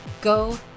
Go